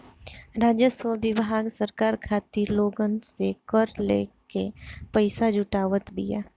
राजस्व विभाग सरकार खातिर लोगन से कर लेके पईसा जुटावत बिया